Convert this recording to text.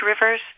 rivers